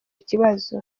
kibazo